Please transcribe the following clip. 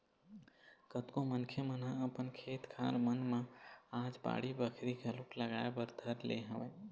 कतको मनखे मन ह अपन खेत खार मन म आज बाड़ी बखरी घलोक लगाए बर धर ले हवय